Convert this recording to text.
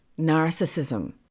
narcissism